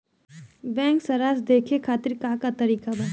Bank सराश देखे खातिर का का तरीका बा?